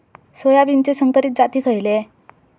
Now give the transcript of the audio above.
सोयाबीनचे संकरित जाती खयले?